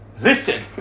listen